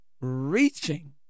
reaching